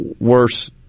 worse